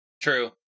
True